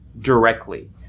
directly